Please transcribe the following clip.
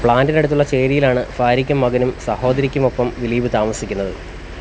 പ്ലാൻ്റിനടുത്തുള്ള ചേരിയിലാണ് ഭാര്യയ്ക്കും മകനും സഹോദരിക്കുമൊപ്പം ദിലീപ് താമസിക്കുന്നത്